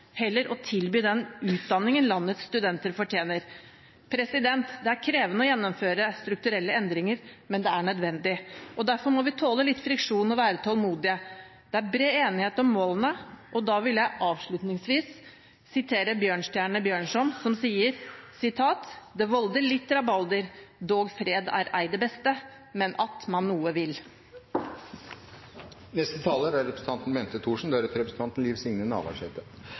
heller ikke å tilby den utdanningen landets studenter trenger. Det er krevende å gjennomføre strukturelle endringer, men det er nødvendig, og derfor må vi tåle litt friksjon og være tålmodige. Det er bred enighet om målene. Avslutningsvis vil jeg sitere Bjørnstjerne Bjørnson, som sier: «Det volder litt rabalder, – dog fred er ei det beste, men at man noe vil.» I årene framover vil det være viktig å satse på miljøer hvor Norge har særlige strategiske og konkurransemessige fortrinn. I den sammenheng er